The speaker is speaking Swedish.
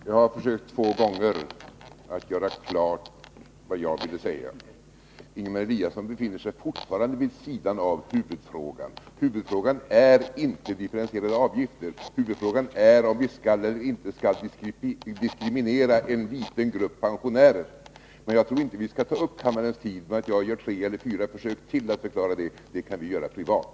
Fru talman! Jag har två gånger försökt göra klart vad jag ville säga. Fredagen den Ingemar Eliasson befinner sig fortfarande vid sidan av huvudfrågan. 20 maj 1983 Huvudfrågan är inte differentierade avgifter. Huvudfrågan är om vi skall eller inte skall diskriminera en liten grupp pensionärer. Men jag tror inte att Arbetsfördelvi skall ta upp kammarens tid med att jag gör tre eller fyra försök till att ningen mellan